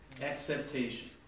acceptation